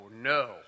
no